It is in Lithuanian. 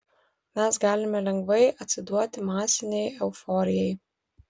mes galime lengvai atsiduoti masinei euforijai